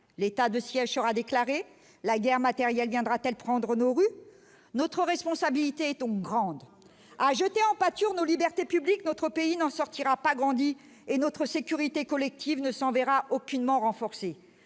l'état de siège, a déclaré la guerre matériel viendra-t-elle prendre nos rues, notre responsabilité est donc grande a jeté en pâture, nos libertés publiques, notre pays n'en sortira pas grandie et notre sécurité collective de s'verra aucunement renforcer